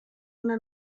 una